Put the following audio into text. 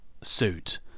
suit